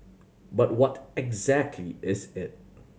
but what exactly is it